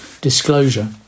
disclosure